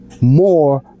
more